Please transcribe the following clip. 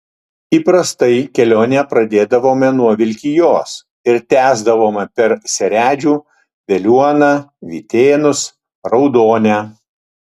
įprastai kelionę pradėdavome nuo vilkijos ir tęsdavome per seredžių veliuoną vytėnus raudonę